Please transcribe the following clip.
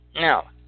Now